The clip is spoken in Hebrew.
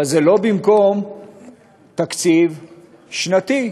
אבל זה לא במקום תקציב שנתי.